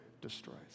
destroys